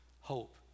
hope